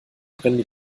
brennen